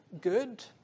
good